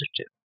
positive